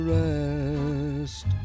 rest